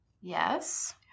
Yes